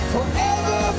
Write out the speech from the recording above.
Forever